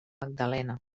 magdalena